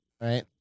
right